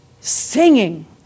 singing